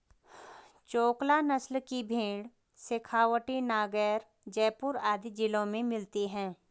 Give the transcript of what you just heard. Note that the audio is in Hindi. चोकला नस्ल की भेंड़ शेखावटी, नागैर, जयपुर आदि जिलों में मिलती हैं